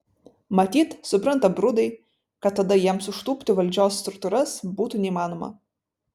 matyt supranta brudai kad tada jiems užtūpti valdžios struktūras būtų neįmanoma